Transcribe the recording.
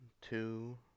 two